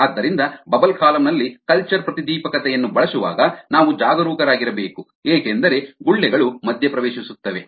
ಆದ್ದರಿಂದ bubble column ನಲ್ಲಿ culture ಪ್ರತಿದೀಪಕತೆಯನ್ನು ಬಳಸುವಾಗ ನಾವು ಜಾಗರೂಕರಾಗಿರಬೇಕು ಏಕೆಂದರೆ ಗುಳ್ಳೆಗಳು ಮಧ್ಯಪ್ರವೇಶಿಸುತ್ತವೆ